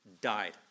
died